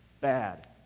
bad